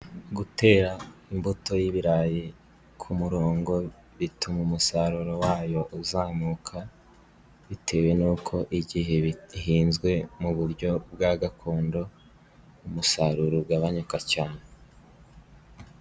Gutera imbuto y'ibirayi, ku murongo, bituma, umusaruro wayo uzamuka, bitewe n'uko igihe bihinzwe mu buryo bwa gakondo, umusaruro ugabanyuka cyane.